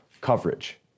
coverage